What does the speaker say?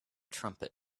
trumpet